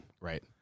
Right